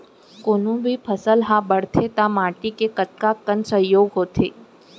कोनो भी फसल हा बड़थे ता माटी के कतका कन सहयोग होथे?